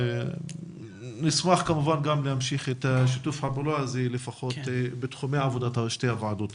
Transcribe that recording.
כמובן נשמח כמובן להמשיך את שיתוף הפעולה הזה בתחומי עבודת שתי הוועדות.